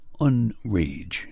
unrage